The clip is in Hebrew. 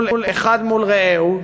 האחד מול רעהו,